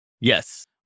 Yes